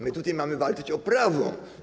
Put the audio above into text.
My tutaj mamy walczyć o prawo.